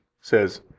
says